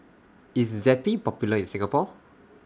IS Zappy Popular in Singapore